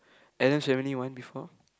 Addam's-Family one before